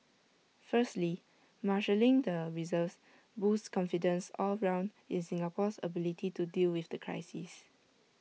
firstly marshalling the reserves boosts confidence all round in Singapore's ability to deal with the crisis